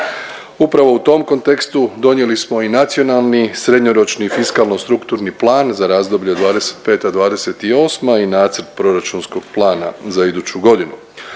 Upravo u tom kontekstu donijeli smo i nacionalni, srednjoročni i fiskalno-strukturni plan za razdoblje 2025./2028. i Nacrt proračunskog plana za iduću godinu.